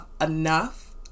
enough